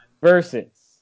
versus